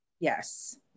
Yes